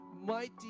mighty